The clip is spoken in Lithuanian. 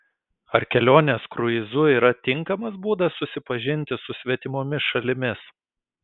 ar kelionės kruizu yra tinkamas būdas susipažinti su svetimomis šalimis